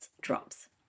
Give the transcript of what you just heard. drops